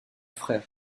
frères